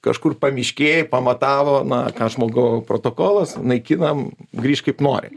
kažkur pamiškėj pamatavo na ką žmogau protokolas naikinam grįšk kaip nori